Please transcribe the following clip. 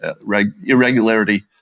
irregularity